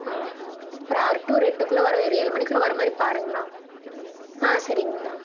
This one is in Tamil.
ஆ ஒரு ஆறு டு ஒரு எட்டு குள்ள வர ஒரு ஏழு மணி குள்ள வர மாதிரி பாருங்ண்ணா ஆ சரிங்ண்ணா